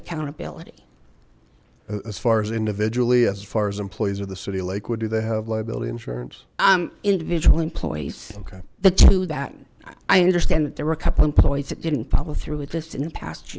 accountability as far as individually as far as employees of the city of lakewood do they have liability insurance um individual employees the two that i understand that there were a couple employees that didn't follow through with just in the past